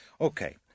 Okay